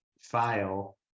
file